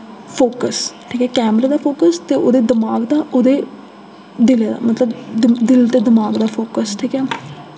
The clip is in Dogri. फोकस ठीक ऐ कैमरे दा फोकस ते उदे दमाक दा उदे दिले दा मतलब दिल ते दमाक दा फोकस ठीक ऐ